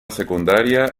secundaria